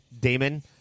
Damon